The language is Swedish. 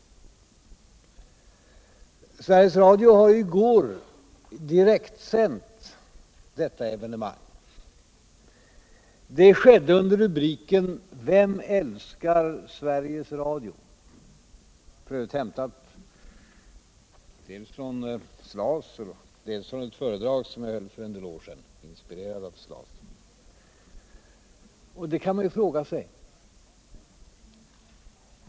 Sveriges Radio direktsände ju i går evenemanget här i kammaren. Det skedde under rubriken Vem älskar Sveriges Radio? Rubriken ir f. ö. hämtad dels från Slas. dels från ett föredrag som jag höll för en de! år sedan, inspirerad av Slas. Och detta kan man ju fråga sig.